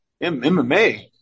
MMA